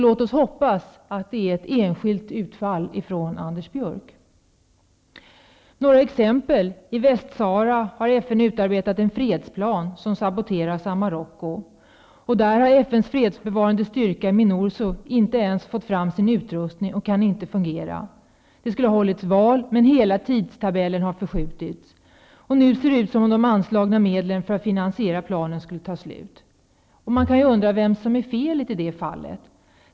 Låt oss hoppas att det är ett enskilt utfall från Anders Björck. Några exempel: FN har utarbetat en fredsplan för Västsahara som saboteras av Marocko. FN:s fredsbevarande styrkor har inte ens fått fram sin utrustning och kan inte fungera. Det skulle ha hållits val, men hela tidtabellen har förskjutits. Nu ser det ut som om de anslagna medlen för att finansiera planen skulle ta slut. Man kan undra vems felet är i det fallet.